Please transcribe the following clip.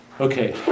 Okay